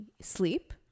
sleep